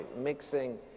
mixing